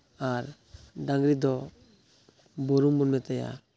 ᱟᱨ ᱰᱟᱝᱨᱤ ᱫᱚ ᱵᱩᱨᱩᱢ ᱵᱚᱱ ᱢᱮᱛᱟᱭᱟ